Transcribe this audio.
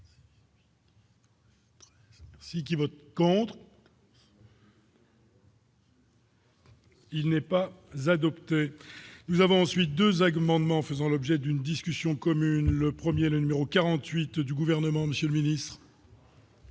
Celui qui vote contre. Il n'est pas adoptée, nous avons ensuite 2 à commandement faisant l'objet d'une discussion commune le 1er le numéro 48 ou du gouvernement, Monsieur le Ministre.